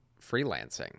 freelancing